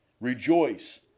Rejoice